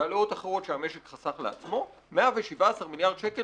והעלאות אחרות שהמשק חסך לעצמו 117 מיליארד שקל